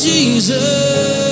Jesus